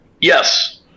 Yes